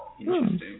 Interesting